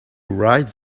right